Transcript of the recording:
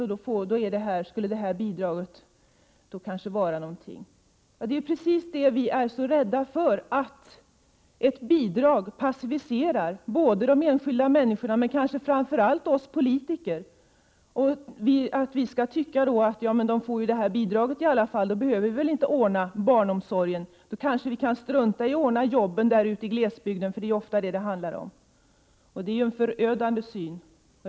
Det är alltså därför som detta bidrag skulle vara någonting att ha. Det är ju precis detta som vi är rädda för, nämligen att ett bidrag skulle passivisera de enskilda människorna men kanske framför allt oss politiker. Vi skulle kunna komma att tycka att människorna i alla fall får detta bidrag och att vi därför inte behöver ordna barnomsorg och kanske kan strunta i att ordna jobb där ute i glesbygden, som det ju oftast handlar om. Detta är ett förödande synsätt.